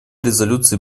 резолюции